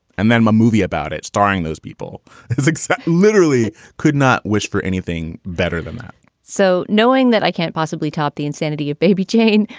and then my movie about it, starring those people literally could not wish for anything better than that so knowing that i can't possibly top the insanity of baby jane,